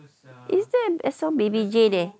is there a song baby jane eh